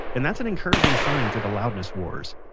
and that's an encouraging sign for the loudness wars